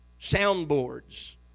soundboards